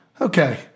okay